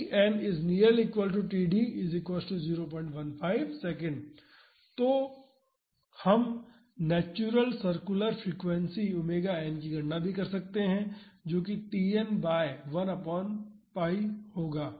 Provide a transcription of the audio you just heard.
तो हम natural circular frequency ⍵n की गणना कर सकते हैं जो कि Tn बाई 1 π होगा